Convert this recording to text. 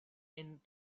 end